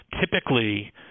typically